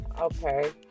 Okay